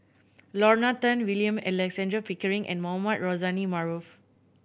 Lorna Tan William Alexander Pickering and Mohamed Rozani Maarof